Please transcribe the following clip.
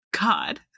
God